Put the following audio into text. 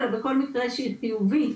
אלא בכל מקרה שהיא חיובית,